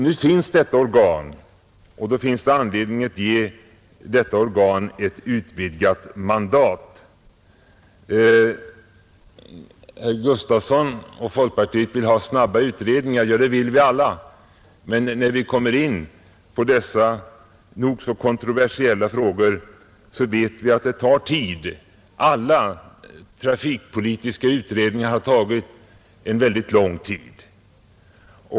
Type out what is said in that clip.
Nu finns detta organ och då är det anledning att ge det ett utvidgat mandat. Herr Gustafson i Göteborg och folkpartiet vill ha snabba utredningar. Det vill vi alla ha, men när det gäller dessa nog så kontroversiella frågor så vet vi att arbetet inte kan gå så fort. Alla trafikpolitiska utredningar har tagit mycket lång tid.